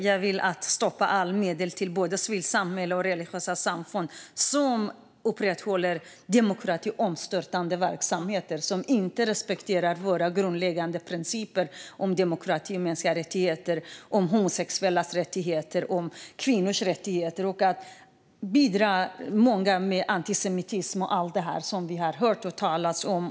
Jag vill stoppa alla medel till både civilsamhälle och religiösa samfund som upprätthåller demokratiomstörtande verksamheter och inte respekterar våra grundläggande principer om demokrati och mänskliga rättigheter, homosexuellas rättigheter och kvinnors rättigheter samt i många fall bidrar till antisemitism och allt detta som vi har hört talas om.